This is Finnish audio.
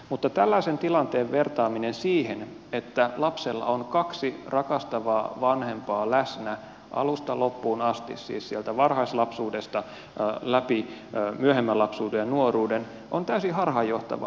mutta tällaisen tilanteen vertaaminen siihen että lapsella on kaksi rakastavaa vanhempaa läsnä alusta loppuun asti siis sieltä varhaislapsuudesta läpi myöhemmän lapsuuden ja nuoruuden on täysin harhaanjohtavaa